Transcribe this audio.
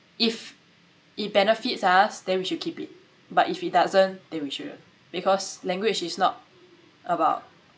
if it benefits us then should keep it but if it doesn't then we shouldn't because language is not about